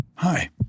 Hi